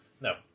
No